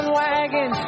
wagon